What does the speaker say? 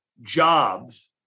jobs